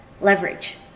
leverage